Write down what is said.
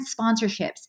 sponsorships